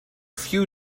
few